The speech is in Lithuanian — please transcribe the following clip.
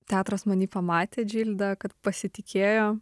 teatras many pamatė džildą kad pasitikėjo